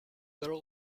girl